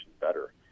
better